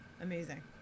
amazing